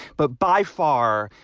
but by far,